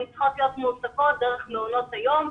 הן צריכות להיות מועסקות דרך מעונות היום.